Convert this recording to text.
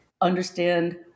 understand